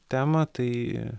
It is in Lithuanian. temą tai